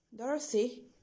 Dorothy